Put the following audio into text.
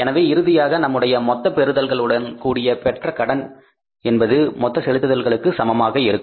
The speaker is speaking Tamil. எனவே இறுதியாக இது நம்முடைய மொத்த பெறுதல்களுடன் கூடிய பெற்ற கடன் என்பது மொத்த செலுத்துதல்களுக்கு சமமாக இருக்கும்